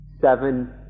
seven